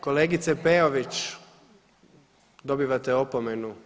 Kolegice Peović dobivate opomenu.